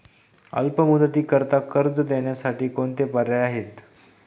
अल्प मुदतीकरीता कर्ज देण्यासाठी कोणते पर्याय आहेत?